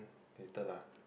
later lah